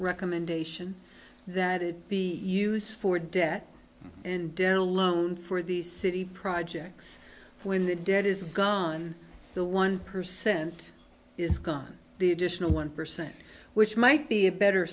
recommendation that it be used for debt and daryl loan for the city projects when the debt is gone the one percent is gone the additional one percent which might be a better